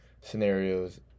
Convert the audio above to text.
scenarios